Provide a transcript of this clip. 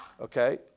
Okay